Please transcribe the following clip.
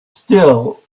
still